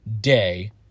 day